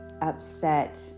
upset